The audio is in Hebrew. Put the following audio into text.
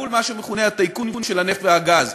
מול מה שמכונה הטייקונים של הנפט והגז,